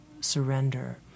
surrender